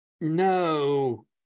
No